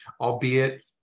albeit